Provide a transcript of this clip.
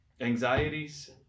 anxieties